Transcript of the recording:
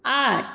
आठ